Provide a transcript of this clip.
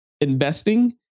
investing